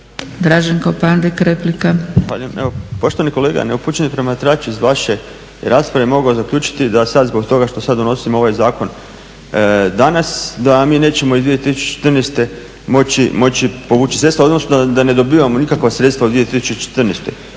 Draženko (SDP)** Zahvaljujem. Evo poštovani kolega, neupućeni promatrač iz vaše rasprave je mogao zaključiti da sad zbog toga što sad donosimo ovaj zakon danas da mi nećemo 2014. moći povući sredstva, odnosno da ne dobivamo nikakva sredstva u 2014.